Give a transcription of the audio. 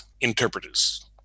interpreters